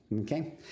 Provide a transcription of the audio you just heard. Okay